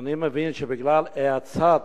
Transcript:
אני מבין שבגלל האצת